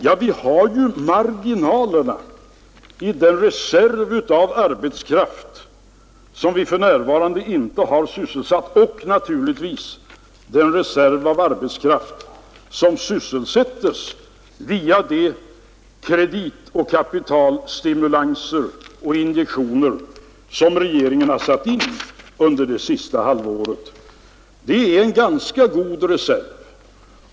Ja, vi har ju marginalerna i den reserv av arbetskraft som vi för närvarande inte har sysselsatt och naturligtvis i den reserv av arbetskraft som sysselsättes på grund av de injektioner i form av kreditoch kapitalstimulanser som regeringen har satt in under det senaste halvåret. Det är en ganska god reserv.